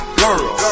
girl